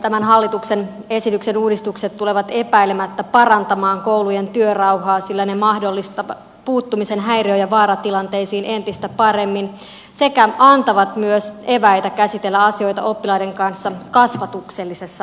tämän hallituksen esityksen uudistukset tulevat epäilemättä parantamaan koulujen työrauhaa sillä ne mahdollistavat puuttumisen häiriö ja vaaratilanteisiin entistä paremmin sekä antavat myös eväitä käsitellä asioita oppilaiden kanssa kasvatuksellisessa hengessä